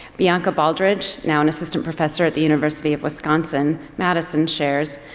bianca baldridge, now an assistant professor at the university of wisconsin-madison shares,